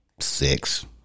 six